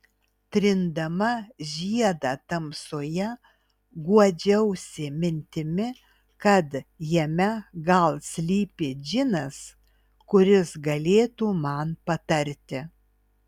trindama žiedą tamsoje guodžiausi mintimi kad jame gal slypi džinas kuris galėtų man patarti